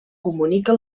comunica